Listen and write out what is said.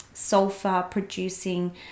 Sulfur-producing